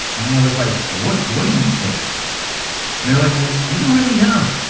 and i was like, what? what do you think it is? and they're like, well, we don't really know